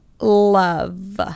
love